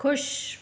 खु़शि